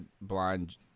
blind